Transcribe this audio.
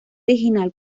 original